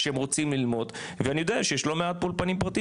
ואני יודע שיש לא מעט אולפנים פרטיים